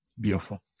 Beautiful